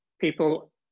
People